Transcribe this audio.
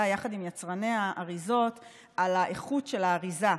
יחד עם יצרני האריזות על האיכות של האריזה,